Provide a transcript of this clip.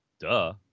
Duh